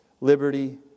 liberty